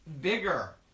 bigger